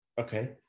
okay